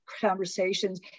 conversations